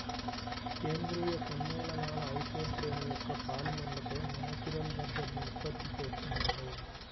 సేంద్రీయ సమ్మేళనాల ఐసోప్రేన్ యొక్క పాలిమర్లతో న్యాచురల్ రబ్బరుని ఉత్పత్తి చేస్తున్నారు